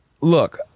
look